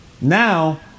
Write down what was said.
Now